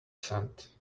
cent